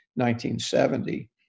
1970